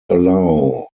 allow